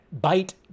bite